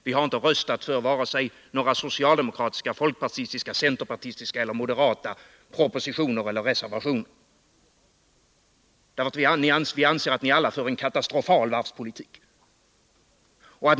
Vi har inte röstat för vare sig några socialdemokratiska, folkpartistiska, centerpartistiska eller moderata propositioner eller reservationer. Vi anser att ni alla för en katastrofal varvspolitik.